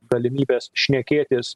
galimybės šnekėtis